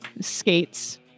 skates